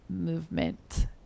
movement